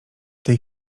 tej